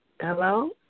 hello